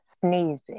sneezing